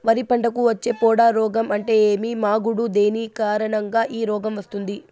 వరి పంటకు వచ్చే పొడ రోగం అంటే ఏమి? మాగుడు దేని కారణంగా ఈ రోగం వస్తుంది?